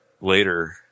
later